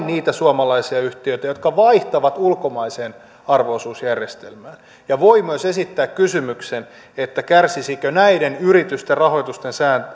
niitä suomalaisia yhtiöitä jotka vaihtavat ulkomaiseen arvo osuusjärjestelmään ja voi myös esittää kysymyksen kärsisikö näiden yritysten rahoituksen